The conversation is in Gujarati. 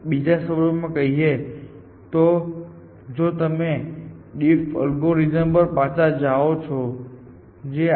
બીજા શબ્દોમાં કહીએ તો જો તમે DFID એલ્ગોરિધમ પર પાછા જાઓ જે IDA નું એક સરળ સંસ્કરણ છે જેની એજ ની કિંમત નથી તો શું DFID કામ કરશે